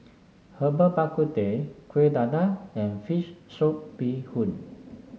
Herbal Bak Ku Teh Kuih Dadar and fish soup Bee Hoon